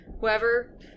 whoever